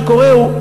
כי מה שקורה הוא,